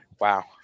wow